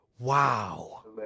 wow